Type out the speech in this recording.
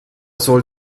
soll